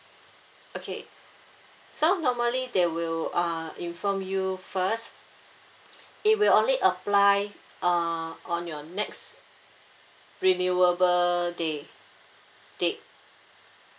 okay so normally they will uh inform you first it will only apply uh on your next renewable day date